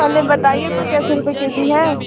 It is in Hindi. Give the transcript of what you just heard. पहले बताइए तो कैसे रुपये के जी है